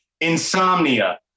insomnia